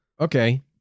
Okay